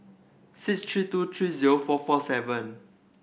six three two three zero four four seven